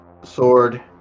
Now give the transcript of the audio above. sword